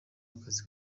akazi